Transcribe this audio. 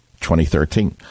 2013